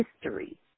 history